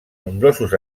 nombrosos